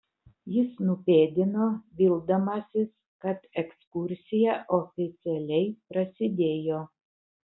jis nupėdino vildamasis kad ekskursija oficialiai prasidėjo